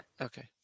Okay